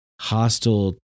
hostile